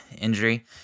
injury